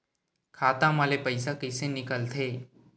खाता मा ले पईसा कइसे निकल थे?